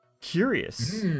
...curious